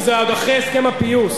וזה עוד אחרי הסכם הפיוס.